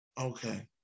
Okay